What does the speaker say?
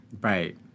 Right